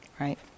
Right